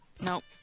Nope